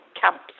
camps